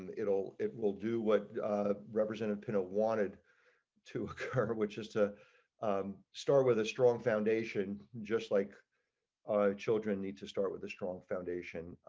and it will it will do what representative and wanted to her which is to um start with a strong foundation just like children need to start with the strong foundation.